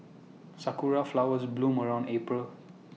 Sakura Flowers bloom around April